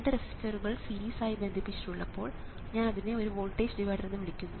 രണ്ട് റെസിസ്റ്ററുകൾ സീരിയസ് ആയി ബന്ധിപ്പിച്ചിട്ടുള്ളപ്പോൾ ഞാൻ അതിനെ ഒരു വോൾട്ടേജ് ഡിവൈഡർ എന്ന് വിളിക്കുന്നു